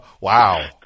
Wow